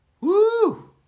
Woo